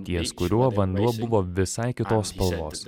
ties kuriuo vanduo buvo visai kitos spalvos